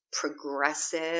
progressive